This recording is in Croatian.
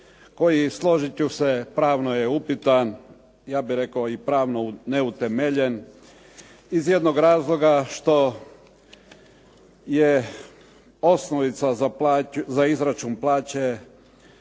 koji, složit ću se, pravno je upitan, ja bih rekao i pravno neutemeljen iz jednog razloga što osnovica za izračun plaće